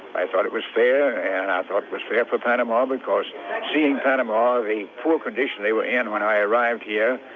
i thought it was fair, and i thought it was fair for panama because seeing panama, the poor condition they were in when i arrived here,